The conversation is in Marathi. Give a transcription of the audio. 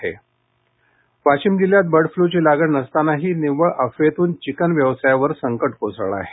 वाशिम बर्ड फ्ल्यू वाशीम जिल्ह्यात बर्ड फ्लूची लागण नसतानाही निव्वळ अफवेतून चिकन व्यवसायावर संकट कोसळलं आहे